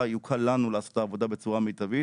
יוקל לנו לעשות את העבודה בצורה מיטבית